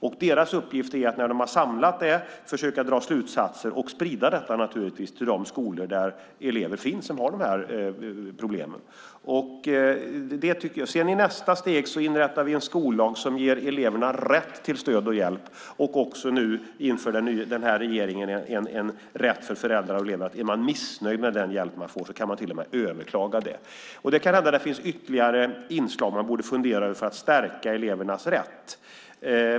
Myndighetens uppgift är att när den har samlat det här försöka dra slutsatser och sprida detta till de skolor där elever finns som har de här problemen. I nästa steg inrättar vi en skollag som ger eleverna rätt till stöd och hjälp. Regeringen inför nu också en rätt för föräldrar och elever att till och med överklaga om de är missnöjda med den hjälp de får. Det kan hända att det finns ytterligare inslag som man borde fundera över för att stärka elevernas rätt.